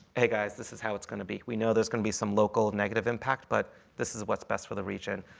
hey guys, this is how it's going to be. we know there's going to be some local negative impact, but this is what's best for the region.